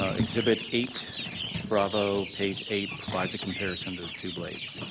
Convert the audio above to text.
ah exhibit eight bravo page eight provides a comparison to the two blades.